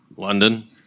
London